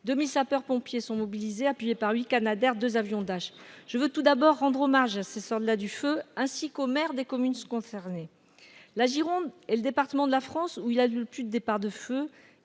2 000 sapeurs-pompiers sont mobilisés, appuyés par huit Canadair et deux avions Dash. Je veux, tout d'abord, rendre hommage à ces soldats du feu ainsi qu'aux maires des communes concernées. La Gironde est le département de France où les départs de feux